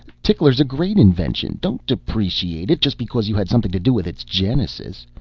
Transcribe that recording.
tickler's a great invention. don't deprecate it just because you had something to do with its genesis.